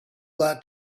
that